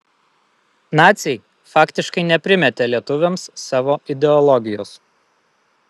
naciai faktiškai neprimetė lietuviams savo ideologijos